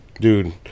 dude